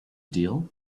deal